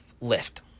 lift